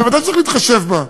ודאי שצריך להתחשב בה.